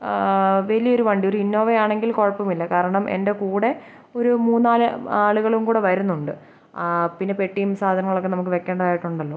വലിയ ഒരു വണ്ടി ഒരു ഇന്നോവ ആണെങ്കിൽ കുഴപ്പമില്ല കാരണം എൻ്റെ കൂടെ ഒരു മൂന്ന് നാലു ആളുകളും കൂടെ വരുന്നുണ്ട് പിന്നെ പെട്ടിയും സാധനങ്ങളൊക്കെ നമുക്ക് വയ്ക്കേണ്ടതായിട്ടുണ്ടല്ലോ